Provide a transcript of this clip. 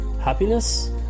happiness